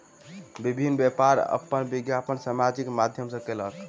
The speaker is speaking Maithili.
विभिन्न व्यापार अपन विज्ञापन सामाजिक माध्यम सॅ कयलक